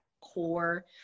core